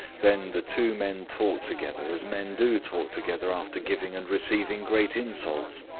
then the two men talked together as men do talk together after giving and receiving great insults,